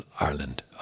Ireland